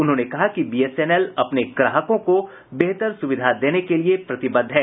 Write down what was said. उन्होंने कहा कि बीएसएनएल अपने ग्राहकों को बेहतर सुविधा देने के लिये प्रतिबद्ध है